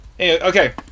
okay